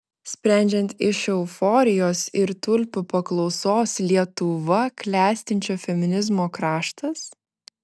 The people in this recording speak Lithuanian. sprendžiant iš euforijos ir tulpių paklausos lietuva klestinčio feminizmo kraštas